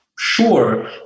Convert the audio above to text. Sure